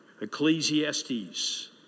Ecclesiastes